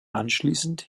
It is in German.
anschließend